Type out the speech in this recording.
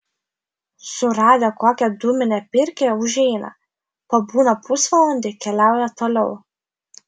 suradę kokią dūminę pirkią užeina pabūna pusvalandį keliauja toliau